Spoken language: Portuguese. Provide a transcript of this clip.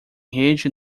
rede